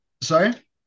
sorry